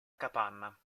capanna